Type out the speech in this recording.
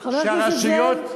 שהרשויות,